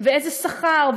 ואיזה שכר,